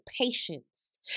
patience